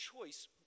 choice